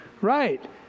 Right